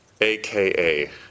aka